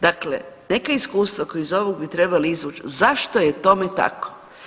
Dakle, neka iskustva koja iz ovog bi trebali izvući zašto je tome tako.